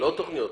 לא תוכניות.